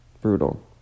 Brutal